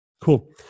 Cool